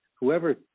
whoever